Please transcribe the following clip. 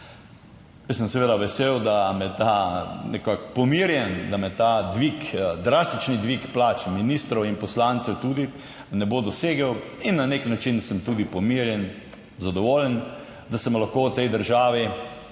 Jaz sem seveda vesel, da me ta nekako pomirjen, da me ta dvig, drastični dvig plač ministrov in poslancev tudi ne bo dosegel in na nek način sem tudi pomirjen, zadovoljen, da sem lahko v tej državi